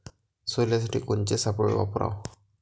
सोल्यासाठी कोनचे सापळे वापराव?